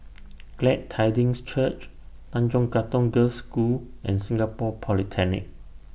Glad Tidings Church Tanjong Katong Girls' School and Singapore Polytechnic